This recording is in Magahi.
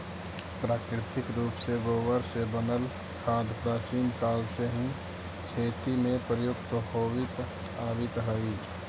प्राकृतिक रूप से गोबर से बनल खाद प्राचीन काल से ही खेती में प्रयुक्त होवित आवित हई